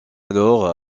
alors